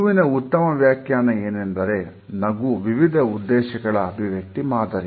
ನಗುವಿನ ಉತ್ತಮ ವ್ಯಾಖ್ಯಾನ ಏನೆಂದರೆ ನಗು ವಿವಿಧ ಉದ್ದೇಶಗಳ ಅಭಿವ್ಯಕ್ತಿ ಮಾದರಿ